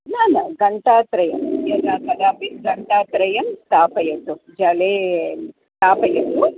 न न घण्टात्रयं यदा कदापि घण्टात्रयं स्थापयतु जले स्थापयतु